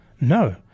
No